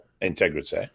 integrity